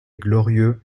glorieux